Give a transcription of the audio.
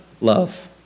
love